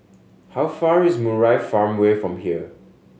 how far is Murai Farmway from here